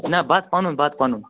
نہَ بَتہٕ پَنُن بَتہٕ پَنُن